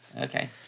Okay